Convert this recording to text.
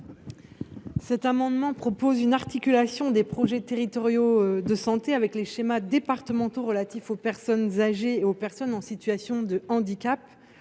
Cet amendement tend à prévoir une articulation des projets territoriaux de santé avec les schémas départementaux relatifs aux personnes en perte d’autonomie ou en situation de handicap,